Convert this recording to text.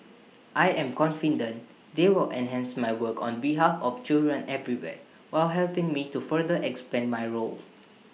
I am confident they will enhance my work on behalf of children everywhere while helping me to further expand my role